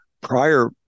Prior